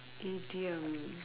idiom